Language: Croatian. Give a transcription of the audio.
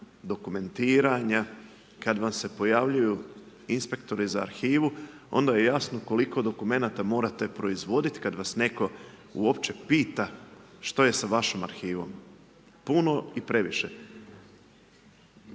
dokumentiranja, kada vam se pojavljuju inspektori za arhivu onda je jasno koliko dokumenata morate proizvoditi kada vas netko uopće pita, što je s vašom arhivom, puno i previše.